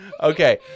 Okay